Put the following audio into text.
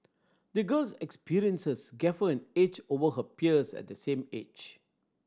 the girl's experiences gave her an edge over her peers at the same age